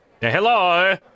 Hello